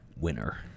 winner